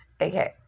Okay